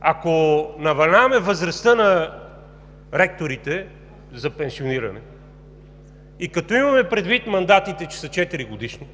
Ако намаляваме възрастта на ректорите за пенсиониране и като имаме предвид мандатите, че са четиригодишни,